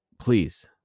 please